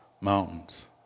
mountains